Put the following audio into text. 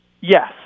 yes